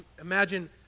imagine